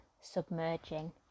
Submerging